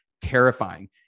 terrifying